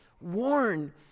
warn